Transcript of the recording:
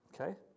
Okay